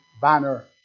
banner